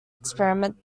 experiment